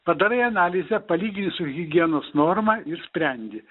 padarai analizę palygini su higienos norma ir sprendi